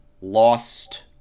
Lost